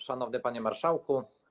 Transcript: Szanowny Panie Marszałku!